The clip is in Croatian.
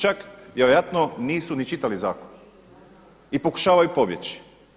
Čak vjerojatno nisu ni čitali zakon i pokušavaju pobjeći.